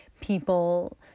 people